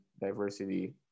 diversity